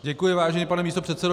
Děkuji, vážený pane místopředsedo.